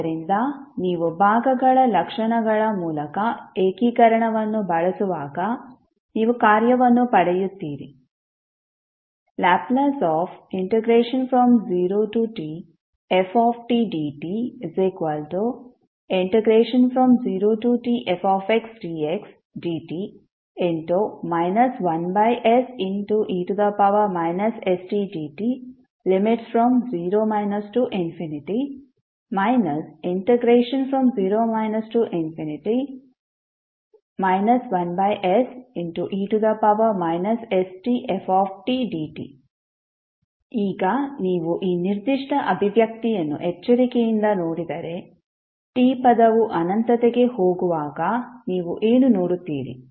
ಆದ್ದರಿಂದ ನೀವು ಭಾಗಗಳ ಲಕ್ಷಣಗಳ ಮೂಲಕ ಏಕೀಕರಣವನ್ನು ಬಳಸುವಾಗ ನೀವು ಕಾರ್ಯವನ್ನು ಪಡೆಯುತ್ತೀರಿ L0tftdt0tfxdxdt 1se stdt|0 0 1se stftdt ಈಗ ನೀವು ಈ ನಿರ್ದಿಷ್ಟ ಅಭಿವ್ಯಕ್ತಿಯನ್ನು ಎಚ್ಚರಿಕೆಯಿಂದ ನೋಡಿದರೆ t ಪದವು ಅನಂತತೆಗೆ ಹೋಗುವಾಗ ನೀವು ಏನು ನೋಡುತ್ತೀರಿ